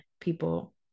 people